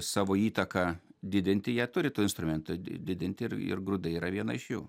savo įtaką didinti jie turi tų instrumentą didinti ir ir grūdai yra viena iš jų